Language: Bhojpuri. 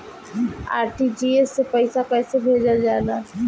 आर.टी.जी.एस से पइसा कहे भेजल जाला?